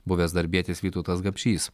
buvęs darbietis vytautas gapšys